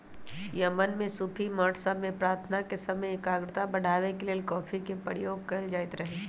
Yemen में सूफी मठ सभ में प्रार्थना के समय एकाग्रता बढ़ाबे के लेल कॉफी के प्रयोग कएल जाइत रहै